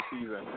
season